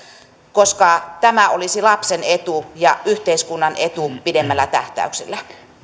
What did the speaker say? koska tämä olisi lapsen etu ja yhteiskunnan etu pidemmällä tähtäyksellä